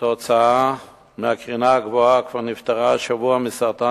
כתוצאה מהקרינה הגבוהה כבר נפטרה השבוע מסרטן